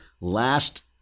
last